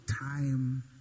time